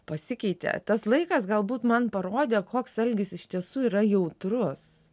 pasikeitė tas laikas galbūt man parodė koks algis iš tiesų yra jautrus